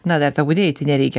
na dar tau budėti nereikia